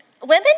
women